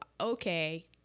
okay